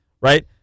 Right